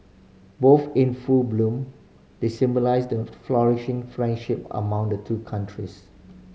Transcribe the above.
both in full bloom they symbolise the flourishing friendship among the two countries